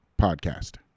podcast